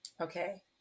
Okay